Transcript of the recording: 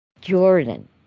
Jordan